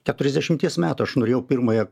keturiasdešimties metų aš nurijau pirmąją